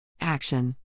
Action